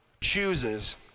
chooses